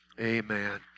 Amen